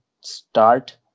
start